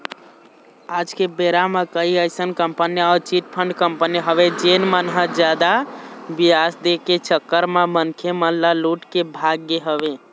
आज के बेरा म कई अइसन कंपनी अउ चिटफंड कंपनी हवय जेन मन ह जादा बियाज दे के चक्कर म मनखे मन ल लूट के भाग गे हवय